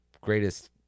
greatest